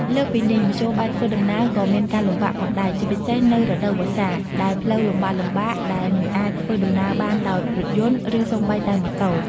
លើសពីនេះ មធ្យោបាយធ្វើដំណើរ ក៏មានការលំបាកផងដែរ ជាពិសេសនៅរដូវវស្សា ដែលផ្លូវលំបាកៗដែលមិនអាចធ្វើដំណើរបានដោយរថយន្ត ឬសូម្បីតែម៉ូតូ។